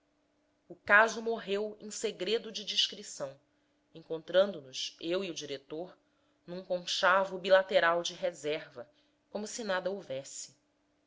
o caso morreu em segredo de discrição encontrando nos eu e o diretor num conchavo bilateral de reserva como se nada houvesse